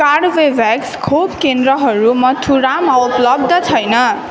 Corbevax खोप केन्द्रहरू मथुरामा उपलब्ध छैन